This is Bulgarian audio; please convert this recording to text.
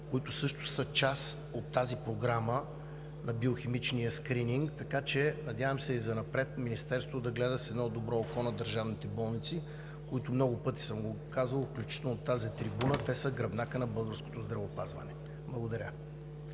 които също са част от тази програма на биохимичния скрининг, така че надявам се и занапред Министерството да гледа с добро око на държавните болници, които, много пъти съм казвал, включително от тази трибуна, те са гръбнакът на българското здравеопазване. Благодаря.